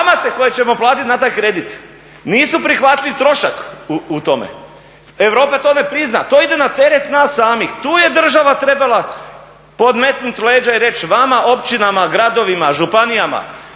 kamate koje ćemo platiti na taj kredit nisu prihvatljiv trošak u tome. Europa to ne prizna, to ide na teret nas samih. Tu je država trebala podmetnut leđa i reći vama općinama, gradovima, županijama